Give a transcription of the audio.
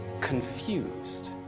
confused